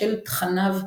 בשל תכניו הפילוסופיים.